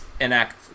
enact